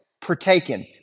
partaken